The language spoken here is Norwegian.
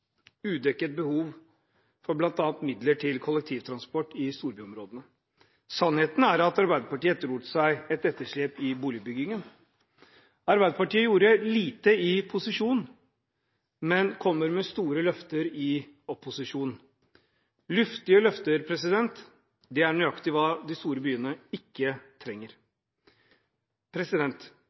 udekket behov for bl.a. midler til kollektivtransport i storbyområdene. Sannheten er at Arbeiderpartiet etterlot seg et etterslep i boligbyggingen. Arbeiderpartiet gjorde lite i posisjon, men kommer med store løfter i opposisjon. Luftige løfter er nøyaktig hva de store byene ikke trenger.